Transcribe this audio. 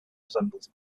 resembles